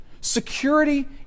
Security